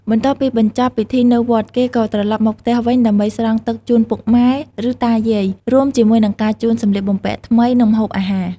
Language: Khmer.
បន្ទាប់ពីបញ្ចប់ពិធីនៅវត្ត គេក៏ត្រឡប់មកផ្ទះវិញ ដើម្បី ស្រង់ទឹកជូនពុកម៉ែ ឬ តាយាយ រួមជាមួយការជូនសំលៀកបំពាក់ថ្មី និងម្ហូបអាហារ។